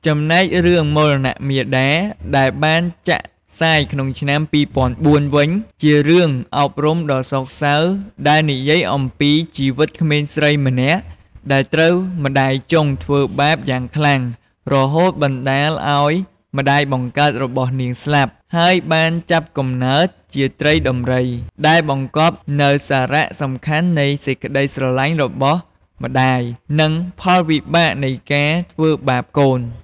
ចំណែករឿង មរណៈមាតា ដែលបានចាក់ផ្សាយក្នុងឆ្នាំ ២០០៤ វិញ ជារឿងអប់រំដ៏សោកសៅដែលនិយាយពីជីវិតក្មេងស្រីម្នាក់ដែលត្រូវម្ដាយចុងធ្វើបាបយ៉ាងខ្លាំង រហូតបណ្ដាលឱ្យម្ដាយបង្កើតរបស់នាងស្លាប់ ហើយបានចាប់កំណើតជាត្រីដំរី ដែលបង្កប់នូវសារៈសំខាន់នៃសេចក្ដីស្រឡាញ់របស់ម្ដាយ និងផលវិបាកនៃការធ្វើបាបកូន។។